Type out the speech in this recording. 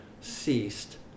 ceased